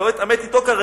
אני לא אתעמת אתו כרגע,